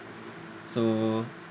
so